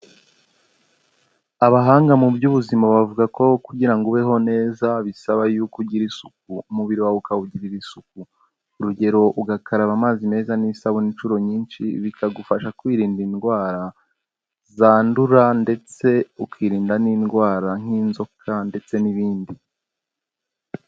Abahanga mu by'ubuzima bavuga ko kugira ngo ubeho neza bisaba y'uko ugira isuku umubiri wawe ukawugirira isuku, urugero ugakaraba amazi meza n'isabune inshuro nyinshi, bikagufasha kwirinda indwara zandura ndetse ukirinda n'indwara nk'inzoka ndetse n'ibindi.